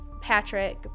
Patrick